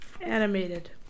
animated